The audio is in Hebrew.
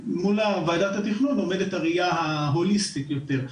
מול ועדת התכנון עומדת הראייה ההוליסטית יותר.